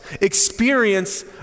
experience